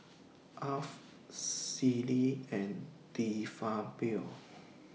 Alf Sealy and De Fabio